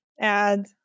add